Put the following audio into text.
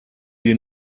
wir